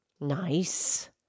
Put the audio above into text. Nice